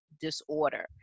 disorder